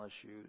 issues